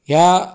ह्या